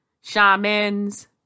shamans